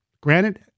granted